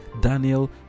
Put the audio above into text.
Daniel